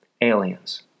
aliens